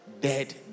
Dead